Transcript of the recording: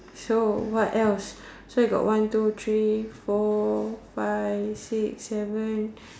so what else so you got one two three four five six seven